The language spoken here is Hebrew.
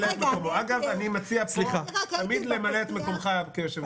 אגב, אני מציע פה תמיד למלא את מקומך כיושב-ראש.